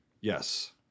yes